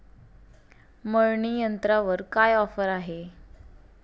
मळणी यंत्रावर काय ऑफर आहे?